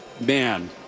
Man